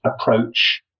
approach